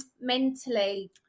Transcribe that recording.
mentally